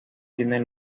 tienen